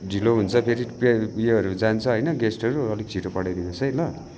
ढिलो हुन्छ फेरि योहरू जान्छ होइन गेस्टहरू अलिक छिटो पठाइदिनुहोस् है ल